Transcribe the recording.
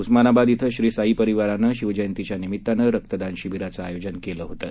उस्मानाबाद क्रिं श्री साई परिवारानं शिवजयंतीच्या निमित्तानं रक्तदान शिवीराचं आयोजन केलं होतं